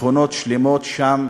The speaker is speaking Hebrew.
שכונות שלמות שם,